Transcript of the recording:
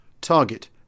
Target